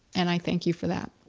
and i thank you for that.